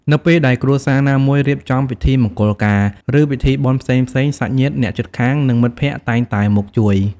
នៅពេលដែលគ្រួសារណាមួយរៀបចំពិធីមង្គលការ ឬពិធីបុណ្យផ្សេងៗ សាច់ញាតិ អ្នកជិតខាង និងមិត្តភក្តិតែងតែមកជួយ។